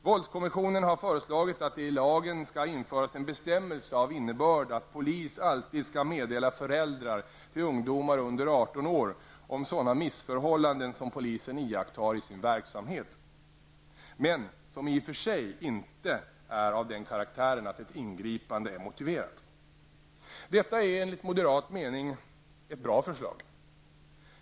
Våldskommissionen har föreslagit att det i lagen skall införas en bestämmelse av innebörd att polisen alltid skall meddela föräldrar till ungdomar under 18 år om sådana missförhållanden som polisen iakttar i sin verksamhet men som i och för sig inte är av den karaktären att ett ingripande är motiverat. Detta är enligt moderat mening ett bra förslag.